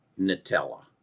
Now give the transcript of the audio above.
Nutella